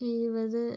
ഇരുപത്